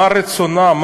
מה רצונם,